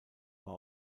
war